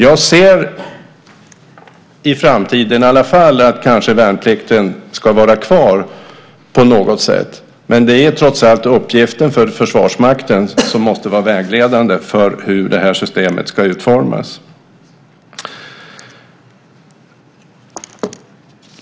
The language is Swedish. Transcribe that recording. Jag ser i framtiden - i alla fall - att kanske värnplikten ska vara kvar på något sätt, men det är trots allt en uppgift för Försvarsmakten att vara vägledande för hur systemet ska utformas.